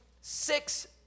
six